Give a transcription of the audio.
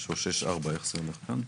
והדבר האחרון הוא בנושא של השטחים הפתוחים.